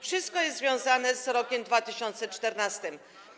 Wszystko jest związane z rokiem 2014.